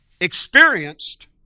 experienced